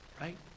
right